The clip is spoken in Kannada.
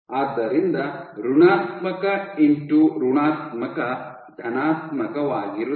ಆದ್ದರಿಂದ ಋಣಾತ್ಮಕ ಇಂಟು ಋಣಾತ್ಮಕ ಧನಾತ್ಮಕವಾಗಿರುತ್ತದೆ